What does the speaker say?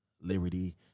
liberty